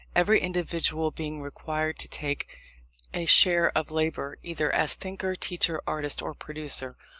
every individual being required to take a share of labour, either as thinker, teacher, artist, or producer,